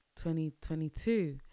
2022